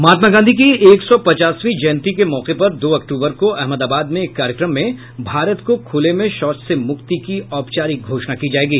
महात्मा गांधी की एक सौ पचासवीं जयंती के मौके पर दो अक्तूबर को अहमदाबाद में एक कार्यक्रम में भारत को खुले में शौच से मुक्ति की औपचारिक घोषणा की जायेगी